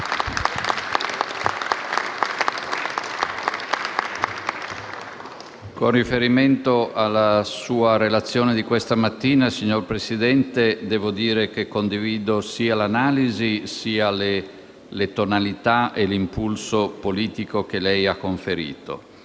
Con riferimento alla sua relazione di questa mattina, signor Presidente del Consiglio, devo dire che condivido sia l'analisi che le tonalità e l'impulso politico che lei le ha conferito.